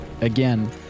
again